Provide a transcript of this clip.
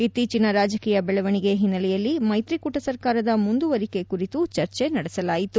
ಇತ್ತೀಚನ ರಾಜಕೀಯ ಬೆಳವಣಿಗೆ ಹಿನ್ನೆಲೆಯಲ್ಲಿ ಮೈತ್ರಿಕೂಟ ಸರ್ಕಾರದ ಮುಂದುವರಿಕೆ ಕುರಿತು ಚರ್ಚೆ ನಡೆಸಲಾಯಿತು